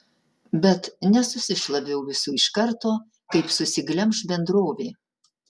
bet nesusišlaviau visų iš karto kaip susiglemš bendrovė